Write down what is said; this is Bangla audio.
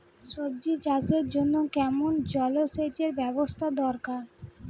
সবজি চাষের জন্য কেমন জলসেচের ব্যাবস্থা দরকার?